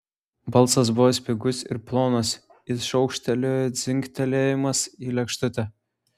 balsas buvo spigus ir plonas it šaukštelio dzingtelėjimas į lėkštutę